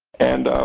and